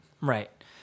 Right